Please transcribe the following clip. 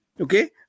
Okay